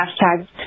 hashtag